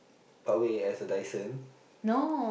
Parkway as a Dyson